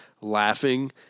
laughing